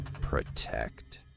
Protect